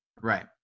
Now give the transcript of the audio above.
Right